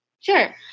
Sure